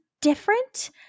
different